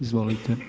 Izvolite.